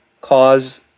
cause